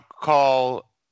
call